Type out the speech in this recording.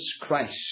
Christ